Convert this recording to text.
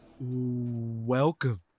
Welcome